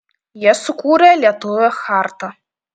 jie sukūrė lietuvių chartą